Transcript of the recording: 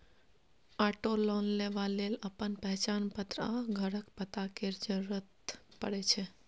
auto loan लेबा लेल अपन पहचान पत्र आ घरक पता केर जरुरत परै छै